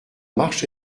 marche